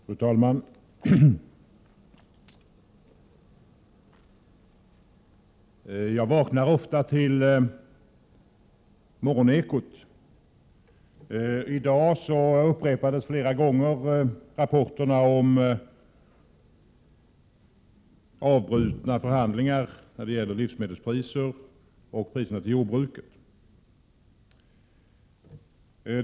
Fru talman! Jag vaknar ofta till Morgonekot. I dag upprepades flera gånger rapporter om de avbrutna förhandlingarna om livsmedelspriserna och stödet till jordbruket.